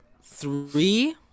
Three